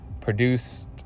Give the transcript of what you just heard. Produced